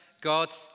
God